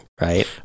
right